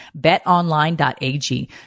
BetOnline.ag